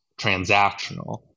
transactional